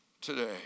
today